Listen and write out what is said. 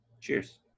Cheers